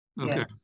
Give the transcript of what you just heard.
Okay